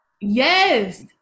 Yes